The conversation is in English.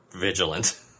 vigilant